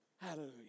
Hallelujah